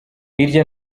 hirya